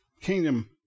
Kingdom